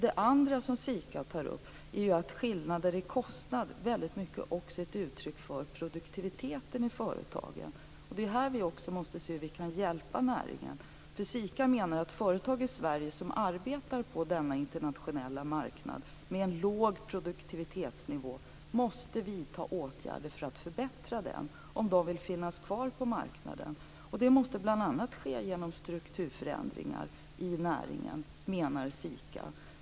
Det andra som SIKA tar upp är ju att skillnader i kostnad väldigt mycket också är ett uttryck för produktiviteten i företagen, och det är också här vi måste se hur vi kan hjälpa näringen. SIKA menar att företag i Sverige som arbetar på denna internationella marknad med en låg produktivitetsnivå måste vidta åtgärder för att förbättra den om de vill finnas kvar på marknaden, och det måste bl.a. ske genom strukturförändringar i näringen, menar SIKA.